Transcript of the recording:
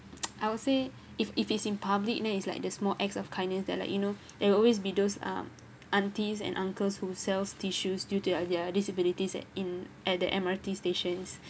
I would say if if it's in public then it's like the small acts of kindness that like you know there will always be those um aunties and uncles who sells tissues due to their their disabilities at in at the M_R_T stations